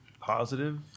positive